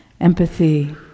Empathy